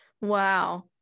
Wow